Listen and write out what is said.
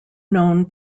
known